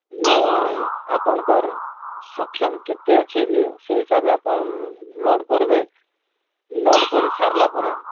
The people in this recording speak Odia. ଯେ ଆପଣକର୍ ସକ୍ଷମ୍ କେତେ ଅଛେ ଯେ ସେ ହିସାବେ ଆପଣ୍ ଲୋଡ଼୍ କର୍ବେ ଲୋଡ଼୍ କରି ସାର୍ଲା ପରେ